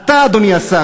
אדוני השר,